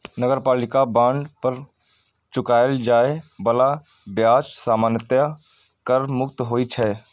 नगरपालिका बांड पर चुकाएल जाए बला ब्याज सामान्यतः कर मुक्त होइ छै